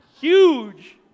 huge